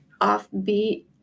offbeat